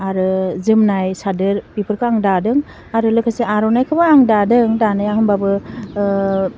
आरो जोमनाय सादोर बेफोरखौ आं दादों आरो लोगोसे आर'नाइ खौबो आं दादों दानाया होमबाबो ओह